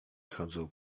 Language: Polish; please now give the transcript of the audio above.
chodzą